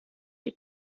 die